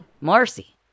Marcy